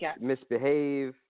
misbehave